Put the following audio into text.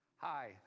Hi